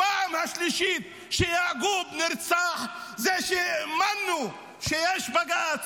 הפעם השלישית שיעקוב נרצח זה שהאמנו שיש בג"ץ,